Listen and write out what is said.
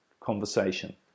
Conversation